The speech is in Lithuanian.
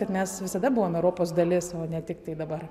kad mes visada buvom eropos dalis o ne tiktai dabar